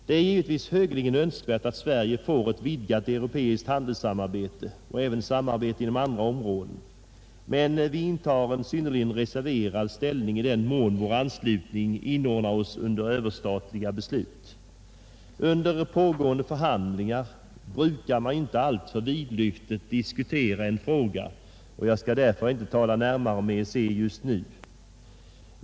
Det är givetvis högeligen önskvärt att Sverige får ett vidgat europeiskt handelssamarbete och även samarbete inom andra områden, men vi intar en synnerligen reserverad ställning i den mån vår anslutning inordnar oss under överstatliga beslut. Under pågående förhandlingar brukar man inte alltför vidlyftigt diskutera en fråga, och jag skall därför inte tala närmare om EEC just nu.